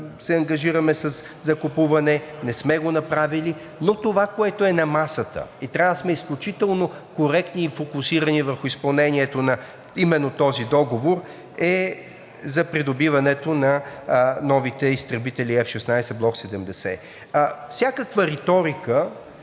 се ангажираме със закупуване – не сме го направили, но това, което е на масата, и трябва да сме изключително коректни и фокусирани върху изпълнението на именно този договор, е за придобиването на новите изтребители F-16 Block 70. Всякаква риторика